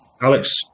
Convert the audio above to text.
Alex